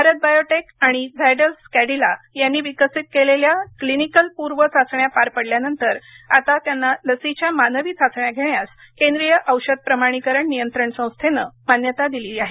Bharat Biotech आणि झायडस कॅंडिला यांनी विकसित केलेल्या क्लिनिकलपूर्व चाचण्या पार पडल्यानंतर त्यांना आता लसीच्या मानवी चाचण्या घेण्यास केंद्रीय औषध प्रमाणीकरण नियंत्रण संस्थेनं मान्यता दिली आहे